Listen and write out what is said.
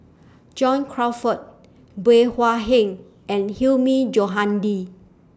John Crawfurd Bey Hua Heng and Hilmi Johandi